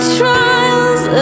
trials